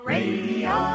Radio